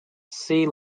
see